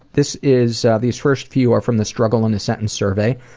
this is, ah, these first few are from the struggle in a sentence survey.